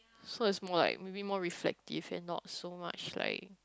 so it's more like maybe more reflective and not so much like